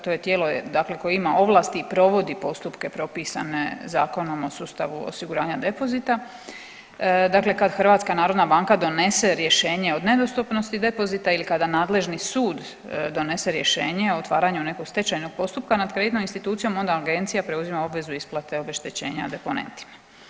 To je tijelo koje ima ovlasti i provodi postupke propisane Zakonom o sustavu osiguranja depozita, dakle kad HNB donese rješenje o nedostupnosti depozita ili kada nadležni sud donese rješenje o otvaranju nekog stečajnog postupka nad kreditnom institucijom onda agencija preuzima obvezu isplate obeštećenja deponentima.